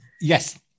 Yes